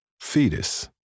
Fetus